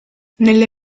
nelle